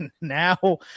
now